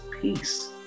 peace